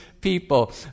people